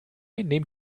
nehmen